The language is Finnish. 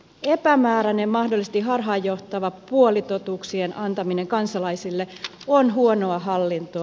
epämääräinen mahdollisesti harhaanjohtava puolitotuuksien antaminen kansalaisille on huonoa hallintoa